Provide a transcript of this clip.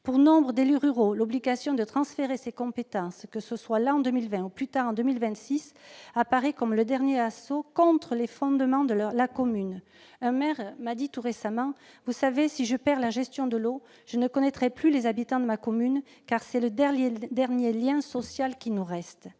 Pour nombre d'élus ruraux, l'obligation de transférer ces compétences, que ce soit en 2020 ou, plus tard, en 2026, apparaît comme le dernier assaut contre les fondements de la commune. Un maire m'a dit tout récemment :« Vous savez, si je perds la gestion de l'eau, je ne connaîtrai plus les habitants de ma commune, car c'est le dernier lien social qui nous reste.